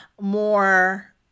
more